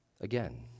Again